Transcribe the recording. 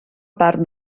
part